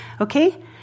okay